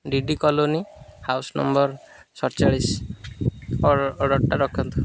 D D colony house number ସତଚାଳିଶି order ଅର୍ଡ଼ରଟା ରଖାନ୍ତୁ